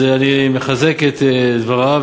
אז אני מחזק את דבריו,